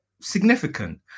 significant